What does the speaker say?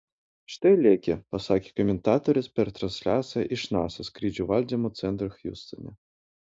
štai lekia pasakė komentatorius per transliaciją iš nasa skrydžių valdymo centro hjustone